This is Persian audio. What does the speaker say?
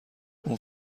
اون